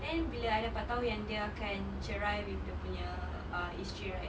then bila I dapat tahu yang dia akan cerai with dia punya uh isteri right